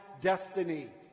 destiny